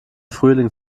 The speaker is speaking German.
frühling